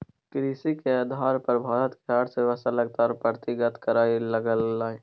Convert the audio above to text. कृषि के आधार पर भारत के अर्थव्यवस्था लगातार प्रगति करइ लागलइ